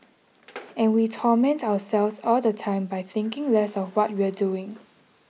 and we torment ourselves all the time by thinking less of what we're doing